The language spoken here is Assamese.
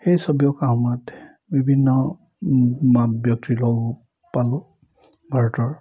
সেই ছবি অঁকা সময়ত বিভিন্ন ম ব্যক্তিৰ লগ পালোঁ ভাৰতৰ